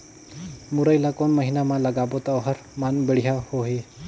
मुरई ला कोन महीना मा लगाबो ता ओहार मान बेडिया होही?